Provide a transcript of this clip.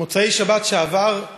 במוצאי השבת שעברה